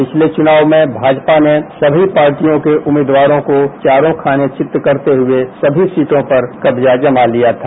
पिछले चुनाव में भाजपा ने सभी पार्टियों के उम्मीदवारों को चारों खाने चित करते हुए सभी सीटों पर कब्जा जमा लिया था